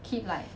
keep like